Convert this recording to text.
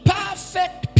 perfect